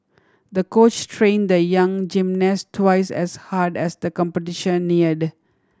the coach train the young gymnast twice as hard as the competition neared